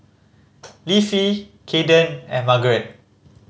Leafy Caiden and Margeret